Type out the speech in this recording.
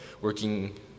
working